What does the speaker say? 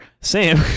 Sam